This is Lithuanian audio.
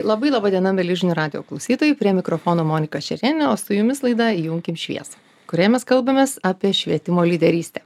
labai laba diena mieli žinių radijo klausytojai prie mikrofono monika šerėnienė o su jumis laida įjunkim šviesą kurioje mes kalbamės apie švietimo lyderystę